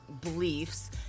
beliefs